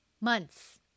months